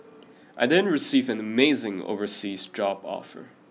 I didn't receive an amazing overseas job offer